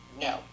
no